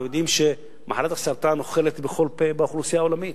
אתם יודעים שמחלת הסרטן אוכלת בכל פה באוכלוסייה העולמית.